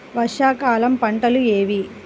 వర్షాకాలం పంటలు ఏవి?